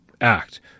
act